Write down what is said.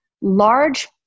large